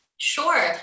Sure